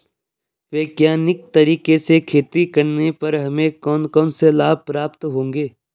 वैज्ञानिक तरीके से खेती करने पर हमें कौन कौन से लाभ प्राप्त होंगे?